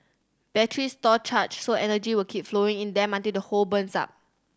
batteries store charge so energy will keep flowing in them until the whole burns up